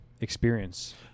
experience